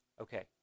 Okay